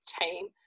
team